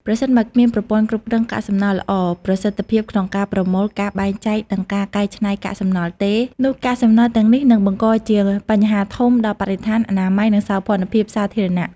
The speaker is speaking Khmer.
ប្រសិនបើគ្មានប្រព័ន្ធគ្រប់គ្រងកាកសំណល់ល្អ ប្រសិទ្ធភាពក្នុងការប្រមូល ការបែងចែក និងការកែច្នៃកាកសំណល់ទេ នោះកាកសំណល់ទាំងនេះនឹងបង្កជា បញ្ហាធំ ដល់បរិស្ថាន អនាម័យ និងសោភ័ណភាពសាធារណៈ។